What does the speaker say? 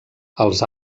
els